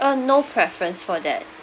uh no preference for that